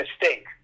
mistake